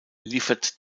liefert